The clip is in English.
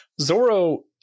Zoro